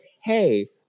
hey